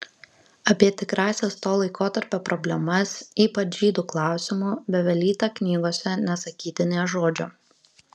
apie tikrąsias to laikotarpio problemas ypač žydų klausimu bevelyta knygose nesakyti nė žodžio